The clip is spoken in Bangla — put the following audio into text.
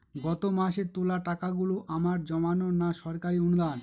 গত মাসের তোলা টাকাগুলো আমার জমানো না সরকারি অনুদান?